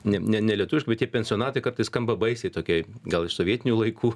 ne ne ne lietuviškai bet tie pensionatai kartais skamba baisiai tokie gal iš sovietinių laikų